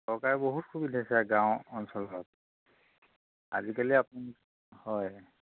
চৰকাৰে বহুত সুবিধা দিছে গাঁও অঞ্চলত আজিকালি আপুনি হয়